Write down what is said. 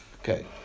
Okay